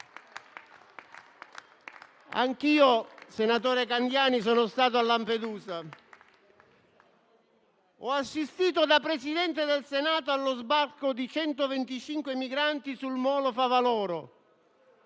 Anch'io, senatore Candiani, sono stato a Lampedusa. Ho assistito, da Presidente del Senato, allo sbarco di 125 migranti sul molo Favaloro